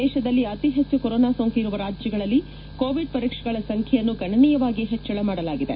ದೇಶದಲ್ಲಿ ಅತಿ ಹೆಚ್ಲು ಕೊರೊನಾ ಸೋಂಕು ಇರುವ ರಾಜ್ಯಗಳಲ್ಲಿ ಕೋವಿಡ್ ಪರೀಕ್ಷೆಗಳ ಸಂಬ್ಲೆಯನ್ನು ಗಣನೀಯವಾಗಿ ಹೆಚ್ಲಳ ಮಾಡಲಾಗಿದೆ